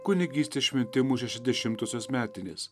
kunigystės šventimų šešiasdešimtosios metinės